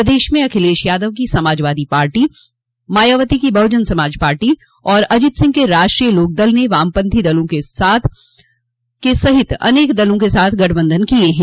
प्रदेश में अखिलेश यादव की समाजवादी पार्टी मायावती की बहुजन समाज पार्टी और अजित सिंह के राष्ट्रीय लोकदल ने वामपंथी दलों सहित अनेक दलों के साथ गठबंधन किया है